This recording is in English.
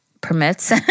permits